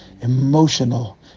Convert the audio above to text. emotional